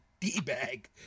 D-bag